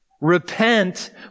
Repent